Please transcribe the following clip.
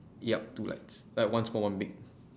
yup two lights like one small one big